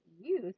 use